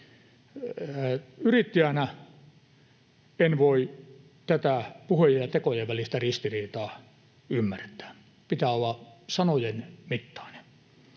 Yrittäjänä en voi tätä puheiden ja tekojen välistä ristiriitaa ymmärtää. Pitää olla sanojen mittainen.